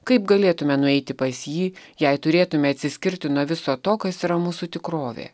kaip galėtume nueiti pas jį jei turėtume atsiskirti nuo viso to kas yra mūsų tikrovė